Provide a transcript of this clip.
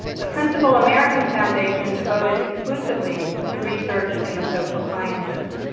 the principal american foundation devoted exclusively to research in the social sciences.